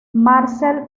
marcel